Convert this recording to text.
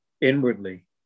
Inwardly